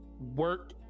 work